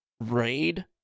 raid